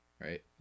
right